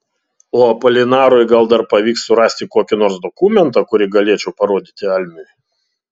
o apolinarui gal dar pavyks surasti kokį nors dokumentą kurį galėčiau parodyti almiui